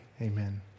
amen